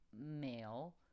male